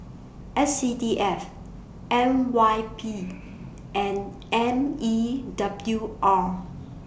S C D F N Y P and M E W R